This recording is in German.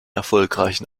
erfolgreichen